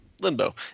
Limbo